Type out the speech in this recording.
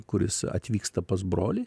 kuris atvyksta pas brolį